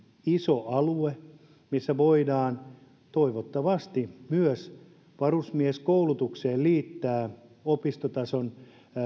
iso alue missä voidaan toivottavasti myös varusmieskoulutukseen liittää opistotason